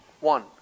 One